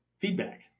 feedback